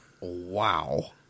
Wow